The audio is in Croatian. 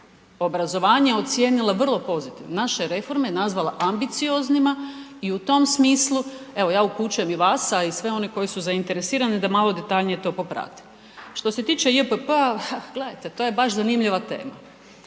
obrazovanja je ocijenila vrlo pozitivnim, naša je reforme nazvala ambicioznima. I u tom smislu evo ja upućujem i vas a i sve one koji su zainteresirani da malo detaljnije to poprate. Što se tiče JPP-a, gledajte to je baš zanimljiva tema.